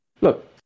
look